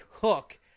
hook